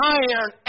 iron